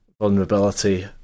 vulnerability